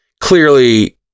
clearly